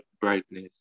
brightness